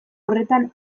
horretan